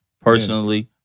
personally